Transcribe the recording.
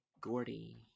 Gordy